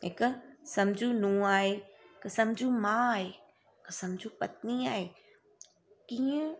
हिकु सम्झू नूंहं आहे के सम्झू माउ आहे के सम्झू पत्नी आहे कीअं